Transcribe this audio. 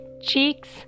cheeks